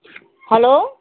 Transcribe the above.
hello